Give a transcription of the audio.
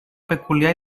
peculiar